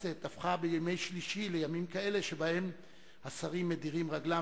שהכנסת הפכה בימי שלישי לימים כאלה שהשרים מדירים רגלם,